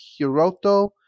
hiroto